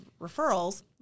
referrals